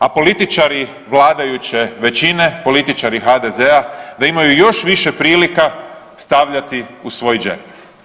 A političari vladajuće većine, političari HDZ-a da imaju još više prilika stavljati u svoj džep.